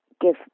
give